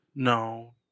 No